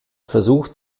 versucht